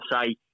say